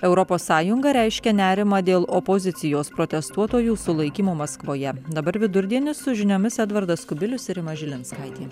europos sąjunga reiškia nerimą dėl opozicijos protestuotojų sulaikymo maskvoje dabar vidurdienis su žiniomis edvardas kubilius ir rima žilinskaitė